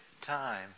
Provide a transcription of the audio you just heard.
time